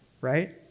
right